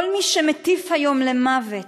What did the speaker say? כל מי שמטיף היום למוות,